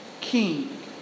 king